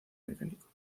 mecánico